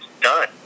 done